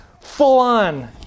full-on